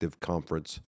conference